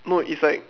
no it's like